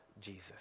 Jesus